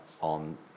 on